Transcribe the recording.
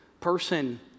person